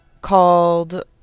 called